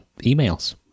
emails